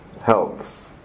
Helps